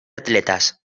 atletas